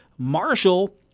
Marshall